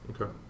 Okay